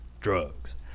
drugs